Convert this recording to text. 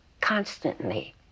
constantly